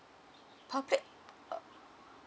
puppet uh